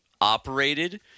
operated